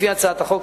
לפי הצעת החוק,